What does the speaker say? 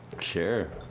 Sure